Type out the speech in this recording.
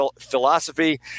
philosophy